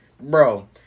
bro